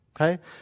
okay